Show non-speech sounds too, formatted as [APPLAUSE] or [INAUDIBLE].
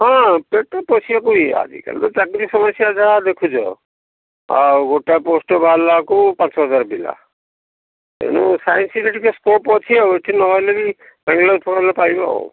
ହଁ ପେଟ ପୋଷିବାକୁ ଇଏ ଆଜିକାଲି ତ ଚାକିରୀ ସମସ୍ୟା ଯାହା ଦେଖୁଛ ଆଉ ଗୋଟାଏ ପୋଷ୍ଟ ବାହାରିଲା ବେଳକୁ ପାଞ୍ଚ ହଜାର ପିଲା ଏଣୁ ସାଇନ୍ସରେ ଟିକେ ସ୍କୋପ୍ ଅଛି ଆଉ ଏଠି ନହେଲେ ବି [UNINTELLIGIBLE] ପାଇବ ଆଉ